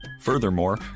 Furthermore